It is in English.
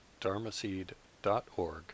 dharmaseed.org